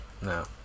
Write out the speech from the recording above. No